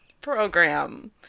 program